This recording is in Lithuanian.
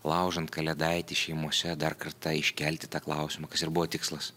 laužant kalėdaitį šeimose dar kartą iškelti tą klausimą kas ir buvo tikslas